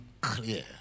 clear